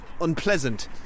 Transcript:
unpleasant